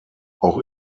auch